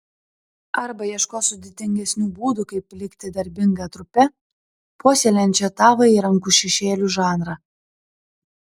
arba ieškos sudėtingesnių būdų kaip likti darbinga trupe puoselėjančia tavąjį rankų šešėlių žanrą